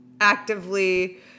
actively